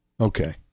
Okay